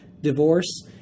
divorce